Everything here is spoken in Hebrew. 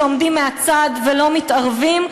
שעומדים ולא מתערבים,